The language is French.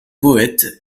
poète